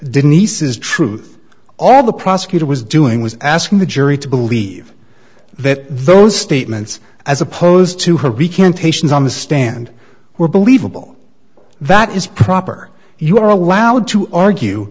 denise's truth all the prosecutor was doing was asking the jury to believe that those statements as opposed to her recantations on the stand were believable that is proper you are allowed to argue